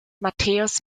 matthäus